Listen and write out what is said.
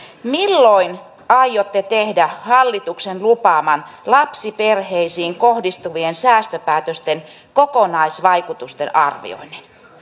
milloin aiotte tehdä hallituksen lupaaman lapsiperheisiin kohdistuvien säästöpäätösten kokonaisvaikutusten arvioinnin